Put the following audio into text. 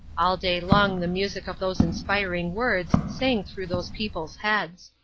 all day long the music of those inspiring words sang through those people's heads.